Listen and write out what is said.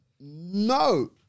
no